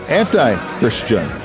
anti-Christian